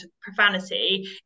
profanity